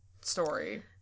story